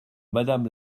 madame